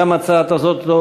גם ההצעה הזאת,